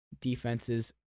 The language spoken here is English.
defenses